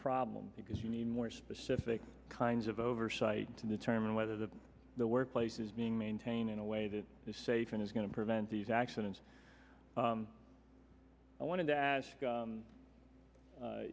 problem because you need more specific kinds of oversight to determine whether the the workplace is being maintained in a way that is safe and is going to prevent these accidents i wanted to ask